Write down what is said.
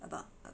about